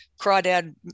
Crawdad